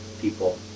people